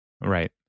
right